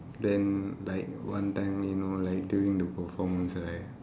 than like one time you know like during the performance right